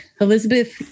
Elizabeth